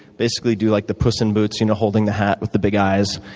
basically do like the puss n boots, you know, holding the hat with the big eyes?